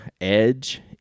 Edge